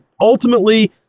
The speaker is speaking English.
ultimately